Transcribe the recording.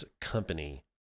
Company